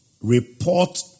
report